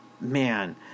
man